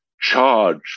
charge